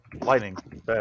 lightning